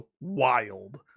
wild